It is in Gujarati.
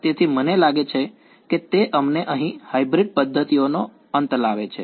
તેથી મને લાગે છે કે તે અમને અહીં હાઇબ્રિડ પદ્ધતિઓનો અંત લાવે છે